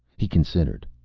he considered.